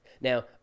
Now